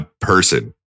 person